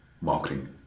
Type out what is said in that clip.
marketing